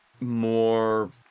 more